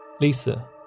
Lisa